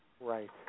Right